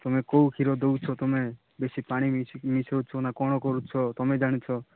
ତମେ କେଉଁ କ୍ଷୀର ଦେଉଛ ତମେ ବେଶୀ ପାଣି ମିଶେଇକି ମିଶାଉଛ ନା କ'ଣ କରୁଛ ତମେ ଜାଣିଛ